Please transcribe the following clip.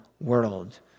world